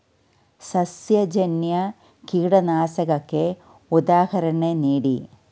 ಸಸ್ಯಜನ್ಯ ಕೀಟನಾಶಕಕ್ಕೆ ಉದಾಹರಣೆ ನೀಡಿ?